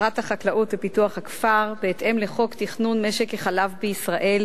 לשרת החקלאות ופיתוח הכפר בהתאם לחוק תכנון משק החלב בישראל,